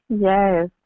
Yes